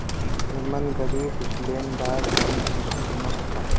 एमन गरीब लेनदार बदे सूक्ष्म बीमा होला